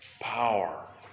power